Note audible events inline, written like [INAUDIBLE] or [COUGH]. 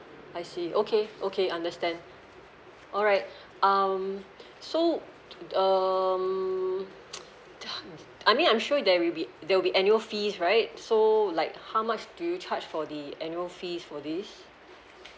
I see okay okay understand alright [BREATH] um so um [NOISE] th~ I mean I'm sure there will be there will be annual fees right so like how much do you charge for the annual fees for this